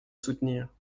soutenir